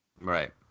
Right